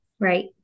Right